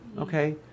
Okay